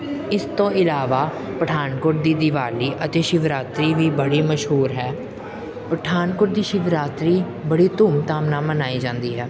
ਇਸ ਤੋਂ ਇਲਾਵਾ ਪਠਾਨਕੋਟ ਦੀ ਦਿਵਾਲੀ ਅਤੇ ਸ਼ਿਵਰਾਤਰੀ ਵੀ ਬੜੀ ਮਸ਼ਹੂਰ ਹੈ ਪਠਾਨਕੋਟ ਦੀ ਸ਼ਿਵਰਾਤਰੀ ਬੜੀ ਧੂਮ ਧਾਮ ਨਾਲ ਮਨਾਈ ਜਾਂਦੀ ਹੈ